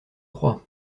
croit